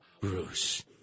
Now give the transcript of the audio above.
Bruce